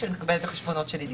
כשאני מקבל את החשבון שלי דיגיטלית.